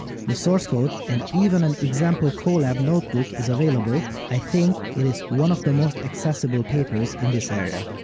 the source code and even an example colab notebook is available, i think it is one of the most accessible papers in this area.